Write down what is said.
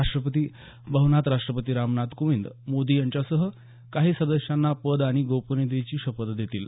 राष्टपती भवनात राष्टपती रामनाथ कोविंद मोदी यांच्यासह काही सदस्यांना पद आणि गोपनियतेची शपथ देतील